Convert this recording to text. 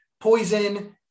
Poison